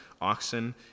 oxen